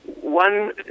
One